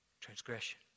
transgression